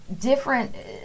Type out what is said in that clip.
different